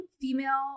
female